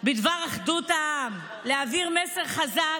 בדבר אחדות העם, כדי להעביר מסר חזק: